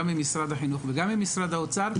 גם עם משרד החינוך וגם עם משרד האוצר,